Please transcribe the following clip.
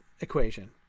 equation